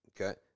Okay